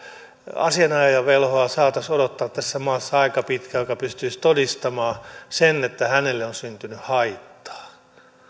asianajajavelhoa saataisiin odottaa tässä maassa aika pitkään joka pystyisi todistamaan sen että hänelle on syntynyt haittaa ymmärsinkö